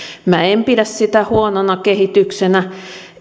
minä en pidä sitä huonona kehityksenä